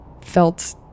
felt